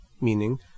Meaning